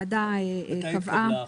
מתי התקבלה ההחלטה?